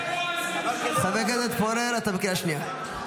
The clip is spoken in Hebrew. חבר הכנסת פורר, אתה בקריאה שנייה.